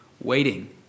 waiting